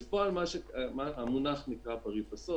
בפועל המונח נקרא "פרי פסו",